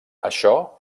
això